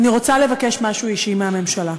אני רוצה לבקש משהו אישי מהממשלה.